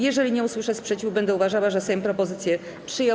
Jeżeli nie usłyszę sprzeciwu, będę uważała, że Sejm propozycje przyjął.